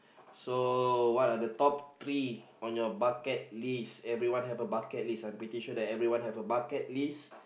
so what are the top three on your bucket list everyone have a bucket list I'm pretty sure that everyone have a bucket list